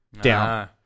down